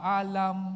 alam